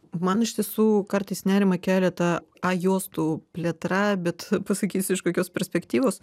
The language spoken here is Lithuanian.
man iš tiesų kartais nerimą kelia ta a juostų plėtra bet pasakysiu iš kokios perspektyvos